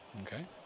Okay